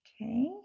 Okay